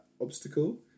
obstacle